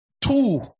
Two